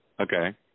Okay